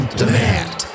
demand